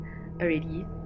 already